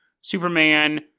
superman